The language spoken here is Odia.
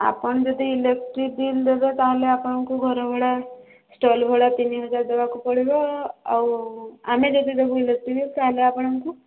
ଆପଣ ଯଦି ଇଲେକ୍ଟ୍ରି ବିଲ୍ ଦେବେ ତାହେଲେ ଆପଣଙ୍କୁ ଘରଭଡ଼ା ଷ୍ଟଲ୍ ଭଡ଼ା ତିନି ହଜାର ଦେବାକୁ ପଡ଼ିବ ଆଉ ଆମେ ଯଦି ଦେବୁ ଇଲେକ୍ଟ୍ରି ବିଲ୍ ତାହେଲେ ଆପଣଙ୍କୁ